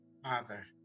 Father